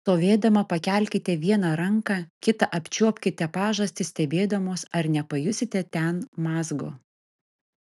stovėdama pakelkite vieną ranką kita apčiuopkite pažastį stebėdamos ar nepajusite ten mazgo